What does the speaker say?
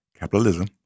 Capitalism